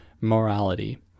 morality